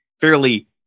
fairly